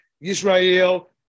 Israel